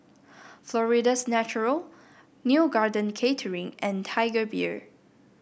Florida's Natural Neo Garden Catering and Tiger Beer